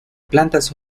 plantas